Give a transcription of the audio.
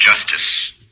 Justice